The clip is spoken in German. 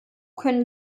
können